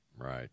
right